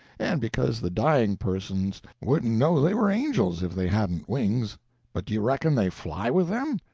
and because the dying persons wouldn't know they were angels if they hadn't wings but do you reckon they fly with them?